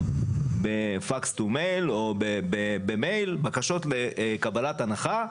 ב-fax to mail או במייל בקשות לקבלת הנחה,